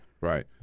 right